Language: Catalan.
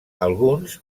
alguns